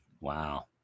Wow